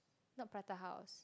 not prata house